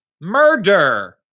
murder